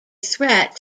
threat